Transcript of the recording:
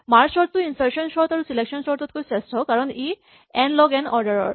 merge sort টো insertion sort আৰু selection sort তকৈ শ্ৰেষ্ঠ কাৰণ ই এন লগ এন অৰ্ডাৰ ৰ